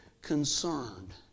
concerned